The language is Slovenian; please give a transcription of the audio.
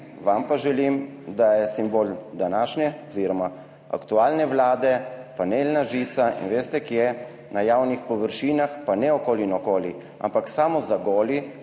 vam pa želim, da je simbol današnje oziroma aktualne Vlade panelna žica in veste kje na javnih površinah pa ne okoli in okoli, ampak samo za goli,